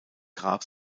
grab